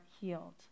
healed